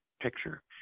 picture